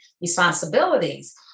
responsibilities